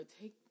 take